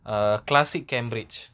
err classic cambridge